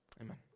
Amen